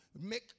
make